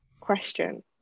question